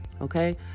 Okay